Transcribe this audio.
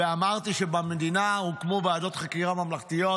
ואמרתי שבמדינה הוקמו ועדות חקירה ממלכתיות,